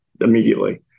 immediately